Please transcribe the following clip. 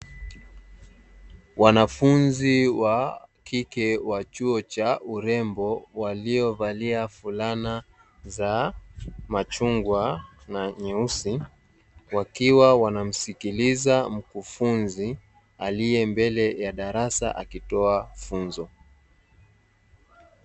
Wanafunzi wa kike wa chuo cha urembo waliovalia fulana za machungwa na nyeusi, wakiwa wanamsikiliza mkufunzi aliye mbele ya darasa akitoa funzo.